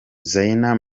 zayn